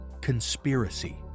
conspiracy